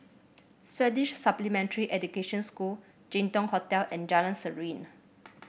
Swedish Supplementary Education School Jin Dong Hotel and Jalan Serene